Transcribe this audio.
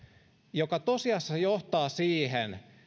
joka tosiasiassa johtaa siihen